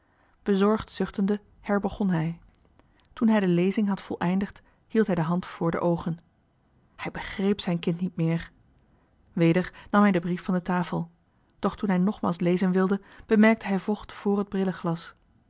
bezorgd zuchtende herbegon hij toen hij de lezing had voleindigd hield hij de hand vr de oogen hij begréép zijn kind niet meer weder nam hij den brief van de tafel doch toen hij nogmaals lezen wilde bemerkte hij vocht vr het brilleglas